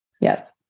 Yes